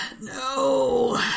No